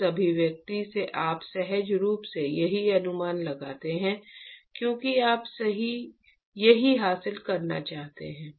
इस अभिव्यक्ति से आप सहज रूप से यही अनुमान लगाते हैं क्योंकि आप यही हासिल करना चाहते हैं